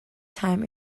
time